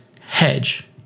hedge